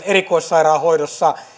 erikoissairaanhoidossa